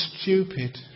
stupid